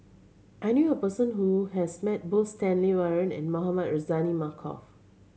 I knew a person who has met both Stanley Warren and Mohamed Rozani Maarof